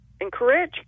encourage